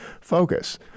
focus